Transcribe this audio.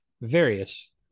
various